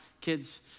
kids